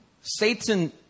Satan